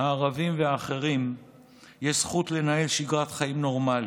הערבים והאחרים יש זכות לנהל שגרת חיים נורמלית,